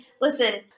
listen